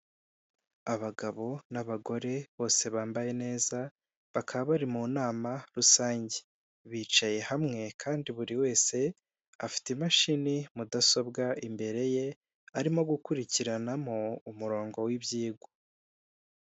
Abagabo n'abagore bose bambaye neza, bakaba bari mu nama rusange. Bicaye hamwe kandi buri wese afite imashini, mudasobwa imbere ye, arimo gukurikiranamo umurongo w'ibyigwa.